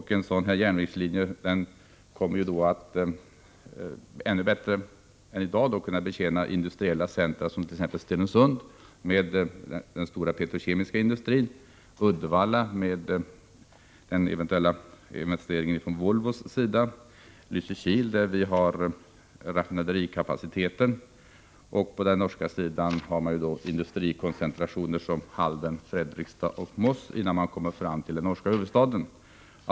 En sådan järnvägslinje kommer att bättre än i dag kunna betjäna också sådana industriella centra som Stenungsund med den stora petrokemiska industrin, Uddevalla med den eventuella investeringen från Volvo, Lysekil där vi har raffinaderikapaciteten och, på den norska sidan, industrikoncentrationer som Halden, Fredrikstad och Moss innan man kommer fram till den norska huvudstaden.